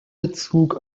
bezug